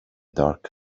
dark